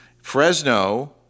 Fresno